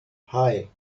hei